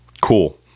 cool